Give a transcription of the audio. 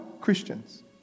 Christians